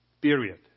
Period